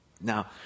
Now